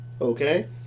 Okay